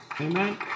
Amen